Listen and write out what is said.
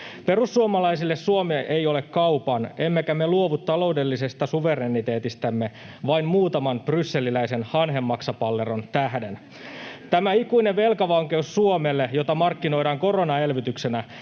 Perussuomalaisille Suomi ei ole kaupan, emmekä me luovu taloudellisesta suvereniteetistämme vain muutaman brysseliläisen hanhenmaksapalleron tähden. Tämä ikuinen velkavankeus Suomelle, jota markkinoidaan koronaelvytyksenä,